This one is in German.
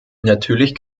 natürlich